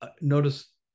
notice